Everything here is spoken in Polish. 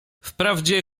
wprawdzie